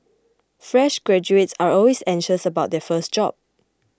fresh graduates are always anxious about their first job